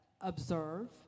observe